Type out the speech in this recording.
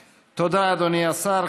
תודה, אדוני השר.